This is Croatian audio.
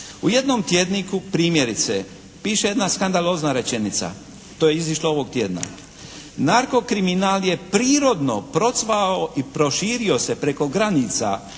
U jednom primjerice piše jedna skandalozna rečenica, to je izašlo ovog tjedna. Narko kriminal je prirodno procvao i proširio se preko granica